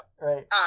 Right